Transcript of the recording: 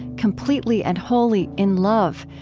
completely and wholly in love,